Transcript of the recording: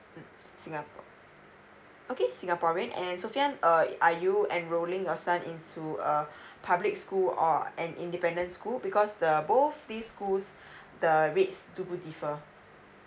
mm singapore okay singaporean and sophian err are you enrolling your son into a public school or an independent school because the both these schools the rates the rates two both differ